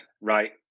right